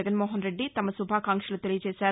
జగన్మోహన్రెద్ది తమ శుభాకాంక్షలు తెలిపారు